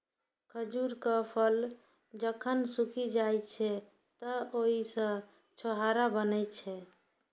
खजूरक फल जखन सूखि जाइ छै, तं ओइ सं छोहाड़ा बनै छै